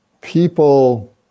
people